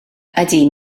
ydy